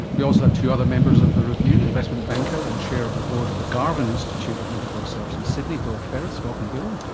we also have two other members of the review, investment banker and chair of the board of the garvan institute of medical research in sydney, bill ferris, welcome bill.